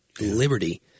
liberty